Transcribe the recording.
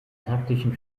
taktischen